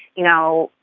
you know,